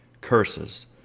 Curses